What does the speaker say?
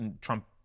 Trump